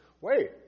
wait